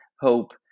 hope